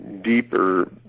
deeper